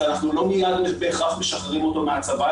אנחנו לא מיד בהכרח משחררים אותו מהצבא,